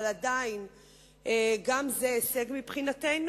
אבל בכל זאת, גם זה הישג מבחינתנו.